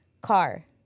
car